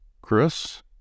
Chris